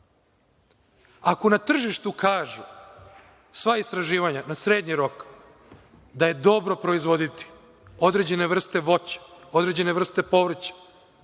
na tržištu kažu sva istraživanja na srednji rok da je dobro proizvoditi određene vreste voća, određene vrste povrća,